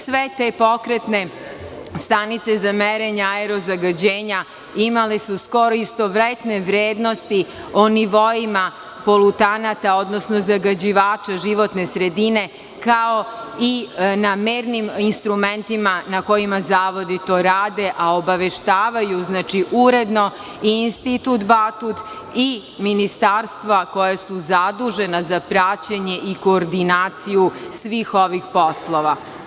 Sve te pokretne stanice za merenje aerozagađenja imale su skoro istovetne vrednosti o nivoima polutanata, odnosno zagađivača životne sredine, kao i na mernim instrumentima na kojima zavodi to rade, a obaveštavaju, znači, uredno i Institut Batut i ministarstva koja su zadužena za praćenje i koordinaciju svih ovih poslova.